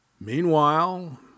Meanwhile